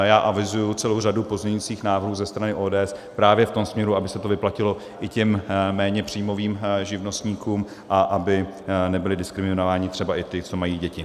Já avizuji celou řadu pozměňovacích návrhů ze strany ODS právě v tom směru, aby se to vyplatilo i těm méně příjmovým živnostníkům a aby nebyli diskriminováni třeba i ti, co mají děti.